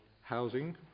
Housing